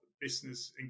business